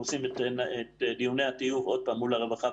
אנחנו עושים את דיוני הטיוב מול הרווחה,